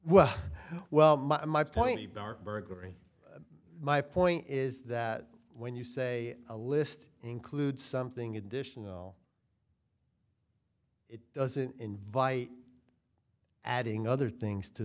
well well my point a bar burglary my point is that when you say a list includes something additional it doesn't invite adding other things to